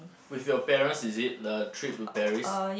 with your parents is it the trip to Paris